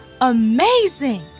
Amazing